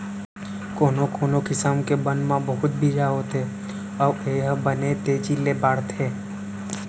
कोनो कोनो किसम के बन म बहुत बीजा होथे अउ ए ह बने तेजी ले बाढ़थे